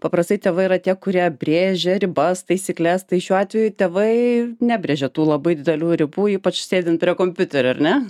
paprastai tėvai yra tie kurie brėžia ribas taisykles tai šiuo atveju tėvai nebrėžė tų labai didelių ribų ypač sėdint prie kompiuterio ar ne